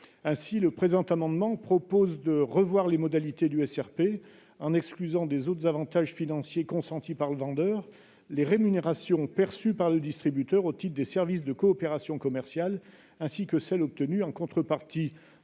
(SRP). Il s'agit donc de revoir les modalités de ce seuil en excluant des autres avantages financiers consentis par le vendeur les rémunérations perçues par le distributeur au titre des services de coopération commerciale ainsi que celles qui sont obtenues en contrepartie